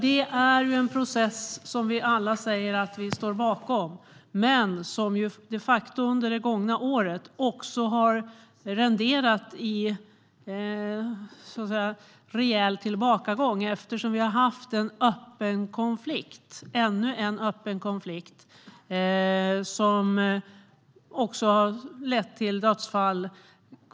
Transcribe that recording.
Det är en process som vi alla säger att vi står bakom men som under det gångna året de facto har haft en rejäl tillbakagång, eftersom vi har haft ännu en öppen konflikt som har lett till dödsfall.